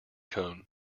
cone